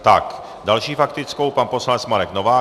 S další faktickou pan poslanec Marek Novák.